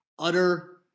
Utter